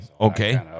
okay